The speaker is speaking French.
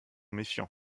méfiant